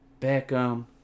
Beckham